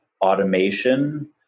automation